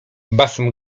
basem